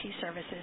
services